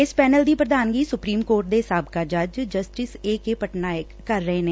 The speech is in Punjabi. ਇਸ ਪੈਨਲ ਦੀ ਪ੍ਰਧਾਨਗੀ ਸੁਪਰੀਮ ਕੋਰਟ ਦੇ ਸਾਬਕਾ ਜੱਜ ਜਸਟਿਸ ਏ ਕੇ ਪਟਨਾਇਕ ਕਰ ਰਹੇ ਨੇ